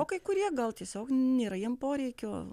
o kai kurie gal tiesiog nėra jiem poreikio